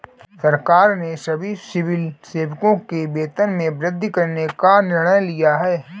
सरकार ने सभी सिविल सेवकों के वेतन में वृद्धि करने का निर्णय लिया है